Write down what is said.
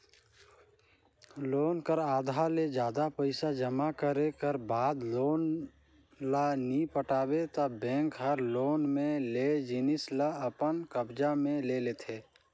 loan कर आधा ले जादा पइसा जमा करे कर बाद लोन ल नी पटाबे ता बेंक हर लोन में लेय जिनिस ल अपन कब्जा म ले लेथे